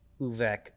Uvek